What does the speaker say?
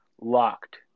locked